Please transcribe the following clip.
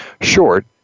short